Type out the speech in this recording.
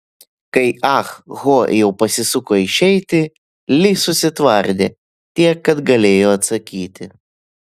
kai ah ho jau pasisuko išeiti li susitvardė tiek kad galėjo atsakyti